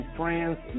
friends